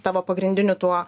tavo pagrindiniu tuo